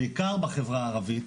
בעיקר בחברה הערבית,